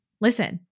Listen